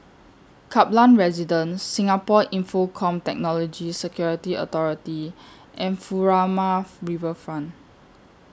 Kaplan Residence Singapore Infocomm Technology Security Authority and Furama Riverfront